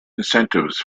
incentives